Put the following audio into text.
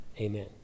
amen